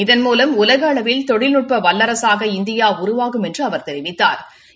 இதன்மூலம் உலக அளவில் தொழில்நுட்ப வல்லரசாக இந்தியா உருவாகும் என்று அவா் தெரிவித்தாா்